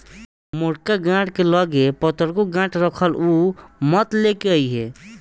मोटका काठ के लगे पतरको काठ राखल उ मत लेके अइहे